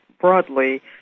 broadly